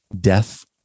death